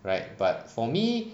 right but for me